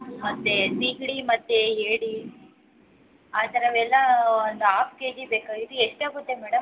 ಮತ್ತು ಸಿಗಡಿ ಮತ್ತು ಏಡಿ ಆ ಥರವೆಲ್ಲ ಒಂದು ಆಫ್ ಕೆಜಿ ಬೇಕಾಗಿತ್ತು ಎಷ್ಟು ಆಗುತ್ತೆ ಮೇಡಮ್